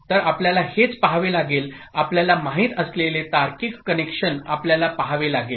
तर आपल्याला हेच पाहावे लागेल आपल्याला माहित असलेले तार्किक कनेक्शन आपल्याला पहावे लागेल